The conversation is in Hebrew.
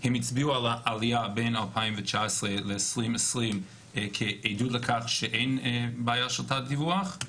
הם הצביעו על עלייה בין 2019 ל-2020 כעדות לכך שאין בעיה של תת דיווח.